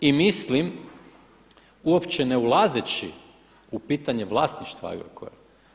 I mislim uopće ne ulazeći u pitanje vlasništva Agrokora.